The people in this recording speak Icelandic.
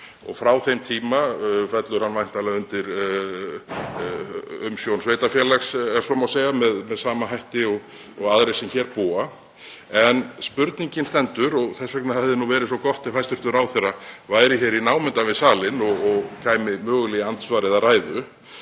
og frá þeim tíma fellur hann væntanlega undir umsjón sveitarfélags, ef svo má segja, með sama hætti og aðrir sem hér búa. En spurningin stendur, og þess vegna hefði nú verið svo gott ef hæstv. ráðherra væri hér í námunda við salinn og kæmi mögulega í andsvar eða ræðu: